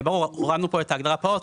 הורדנו פה את ההגדרה "פעוט",